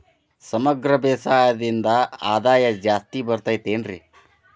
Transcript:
ಸಮಗ್ರ ಬೇಸಾಯದಿಂದ ಆದಾಯ ಜಾಸ್ತಿ ಬರತೈತೇನ್ರಿ?